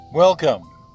Welcome